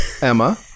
Emma